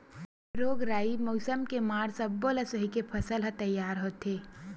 रोग राई, मउसम के मार सब्बो ल सहिके फसल ह तइयार होथे